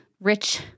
rich